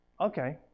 okay